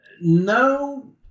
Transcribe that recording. No